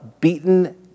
beaten